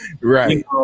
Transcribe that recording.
Right